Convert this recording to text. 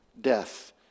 death